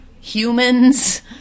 humans